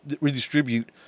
redistribute